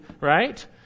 right